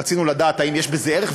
רצינו לדעת אם יש בזה ערך.